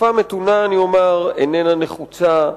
שבשפה מתונה אומר, איננה נחוצה,